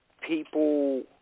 people